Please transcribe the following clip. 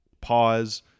pause